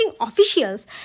officials